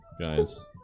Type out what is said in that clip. guys